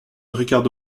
ricardo